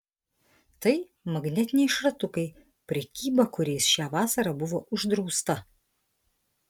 tai magnetiniai šratukai prekyba kuriais šią vasarą buvo uždrausta